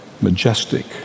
majestic